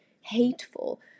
hateful